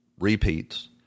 Repeats